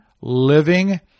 living